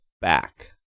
back